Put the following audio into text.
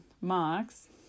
marks